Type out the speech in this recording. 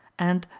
and,